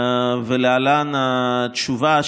ולהלן התשובה,